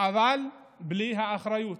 אבל בלי האחריות.